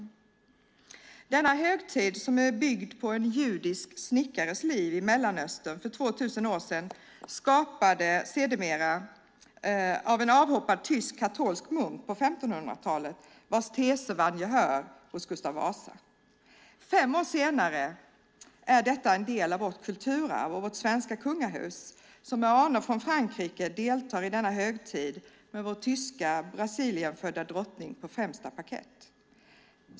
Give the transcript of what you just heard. Julen som högtid bygger på en judisk snickares liv i Mellanöstern för 2000 år sedan och skapades sedermera av en avhoppad tysk katolsk munk på 1500-talet. Hans teser vann gehör hos Gustav Vasa. 500 år senare är detta en del av vårt kulturarv och vårt svenska kungahus som med anor från Frankrike deltar i denna högtid med vår tyska Brasilienfödda drottning på främsta parkett.